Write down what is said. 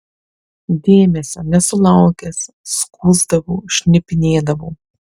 dėmesio nesulaukęs skųsdavau šnipinėdavau